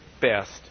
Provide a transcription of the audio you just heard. best